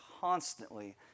constantly